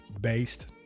based